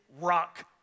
rock